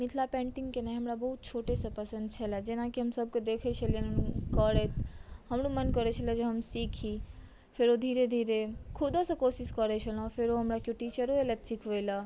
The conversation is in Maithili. मिथिला पेन्टिंग केनाइ हमरा बहुत छोटेसँ पसन्द छलाए जेनाकि हम सभकेँ देखै छलियनि करैत हमरो मन करै छलाए हम सीखी फेरो धीरे धीरे खुदो सॅं कोशिश करै छलहुँ फेरो हमरा केओ टीचरो एलथि सिखबै लेल